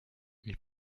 ich